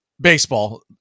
Baseball